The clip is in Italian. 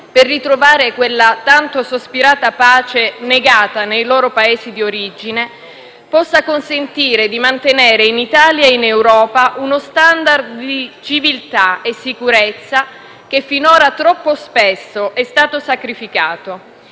per ritrovare quella tanto sospirata pace negata nei loro Paesi d'origine, possa consentire di mantenere in Italia e in Europa uno standard di civiltà e sicurezza che finora troppo spesso è stato sacrificato